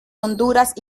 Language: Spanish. honduras